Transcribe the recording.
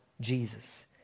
Jesus